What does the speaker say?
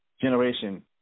generation